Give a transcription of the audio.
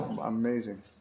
Amazing